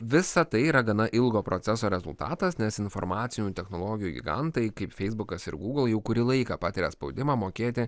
visa tai yra gana ilgo proceso rezultatas nes informacinių technologijų gigantai kaip feisbukas ir gūgl jau kurį laiką patiria spaudimą mokėti